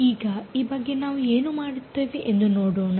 ಈಗ ಈ ಬಗ್ಗೆ ನಾವು ಏನು ಮಾಡುತ್ತೇವೆ ಎಂದು ನೋಡೋಣ